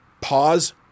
pause